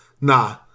Nah